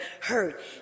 hurt